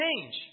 change